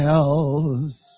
else